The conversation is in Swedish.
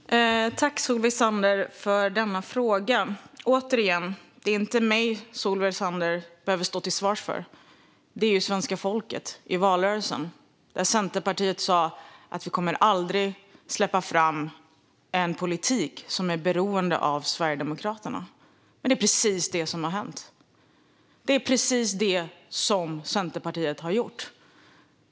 Fru talman! Jag tackar Solveig Zander för frågan. Återigen: Det är inte mig Solveig Zander behöver stå till svars inför, utan svenska folket. I valrörelsen sa Centerpartiet: Vi kommer aldrig att släppa fram en politik som är beroende av Sverigedemokraterna. Men det är precis det som Centerpartiet har gjort.